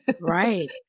right